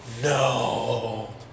No